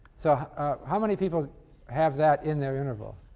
so how many people have that in their interval?